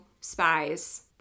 spies